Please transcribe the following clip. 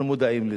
אנחנו מודעים לזה,